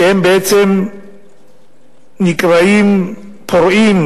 כשהם בעצם נקראים פורעים,